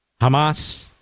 Hamas